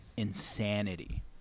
insanity